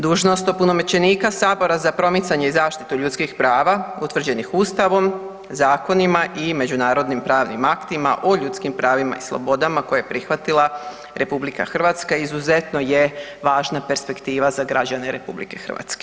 Dužnost opunomoćenika Sabora za promicanje i zaštitu ljudskih prava utvrđenih Ustavom, zakonima i međunarodnim pravnim aktima o ljudskim pravima i slobodama koje je prihvatila RH izuzetno je važna perspektiva za građane RH.